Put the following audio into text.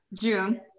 june